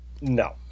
No